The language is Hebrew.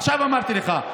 עכשיו אמרתי לך.